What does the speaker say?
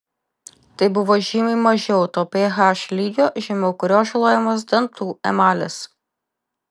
tai buvo žymiai mažiau to ph lygio žemiau kurio žalojamas dantų emalis